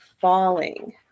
falling